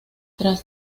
tras